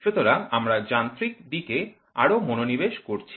সুতরাং আমরা যান্ত্রিক দিকে আরও মনোনিবেশ করছি